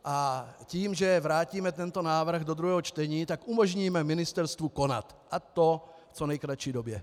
A tím, že vrátíme tento návrh do druhého čtení, umožníme ministerstvu konat, a to v co nejkratší době.